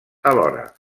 alhora